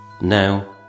Now